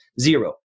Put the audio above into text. Zero